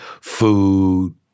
food